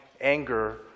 anger